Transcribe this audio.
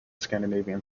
scandinavian